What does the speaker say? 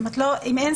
הם נתנו הצעה.